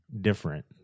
different